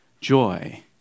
joy